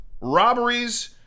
robberies